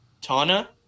Tana